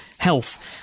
health